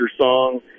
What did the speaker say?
song